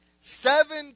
seven